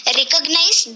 recognize